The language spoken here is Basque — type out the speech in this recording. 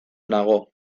nago